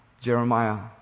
Jeremiah